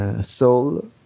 soul